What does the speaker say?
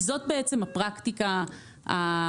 כי זאת בעצם הפרקטיקה הבעייתית.